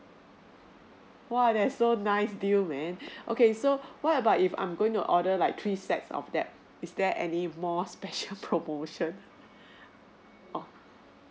!whoa! that is so nice deal man okay so what about if I'm going to order like three sets of that is there any more special promotion orh